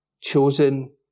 chosen